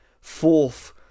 fourth